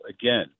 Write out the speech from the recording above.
Again